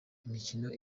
imikino